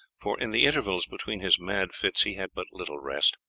for in the intervals between his mad fits he had but little rest.